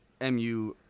MU